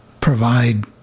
provide